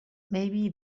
maybe